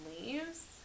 leaves